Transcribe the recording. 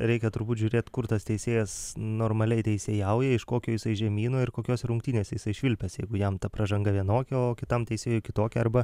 reikia turbūt žiūrėt kur tas teisėjas normaliai teisėjauja iš kokio jisai žemyno ir kokios rungtynėse jisai švilpęs jeigu jam ta pražanga vienokia o kitam teisėjui kitokia arba